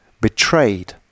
betrayed